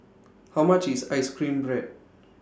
How much IS Ice Cream Bread